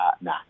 nah